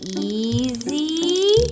easy